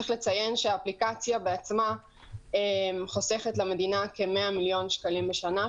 צריך לציין שהאפליקציה בעצמה חוסכת למדינה כ-100 מיליון שקלים בשנה,